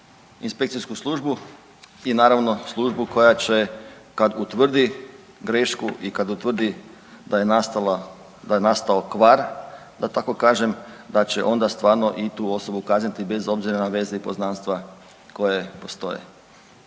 inspekcijsku službu i naravno službu koja će kad utvrdi grešku i kad utvrdi da je nastala, da je nastao kvar da tako kažem da će onda stvarno i tu osobu kazniti bez obzira na veze i poznanstva koje postoje.